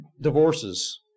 divorces